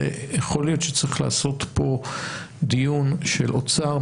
יכול להיות שצריך לעשות פה דיון של אוצר,